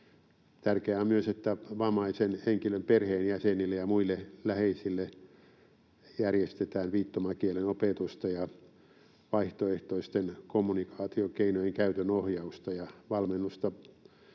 Tärkeää on myös, että vammaisen henkilön perheenjäsenille ja muille läheisille järjestetään viittomakielen opetusta, vaihtoehtoisten kommunikaatiokeinojen käytön ohjausta ja valmennusta